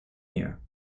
year